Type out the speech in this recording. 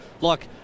look